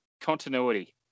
Continuity